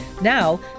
Now